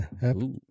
Happy